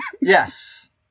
Yes